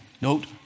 Note